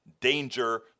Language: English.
danger